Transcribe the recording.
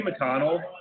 McConnell